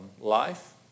life